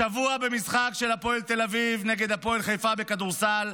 השבוע במשחק של הפועל תל אביב נגד הפועל חיפה בכדורסל,